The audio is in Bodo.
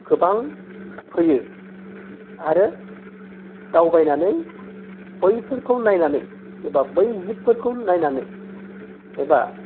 गोबां फैयो आरो दावबायनानै बैफोरखौ नायनानै एबा बै जिबफोरखौ नायनानै एबा